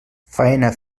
faena